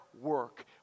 work